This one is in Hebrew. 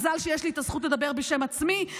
מזל שיש לי את הזכות לדבר בשם עצמי,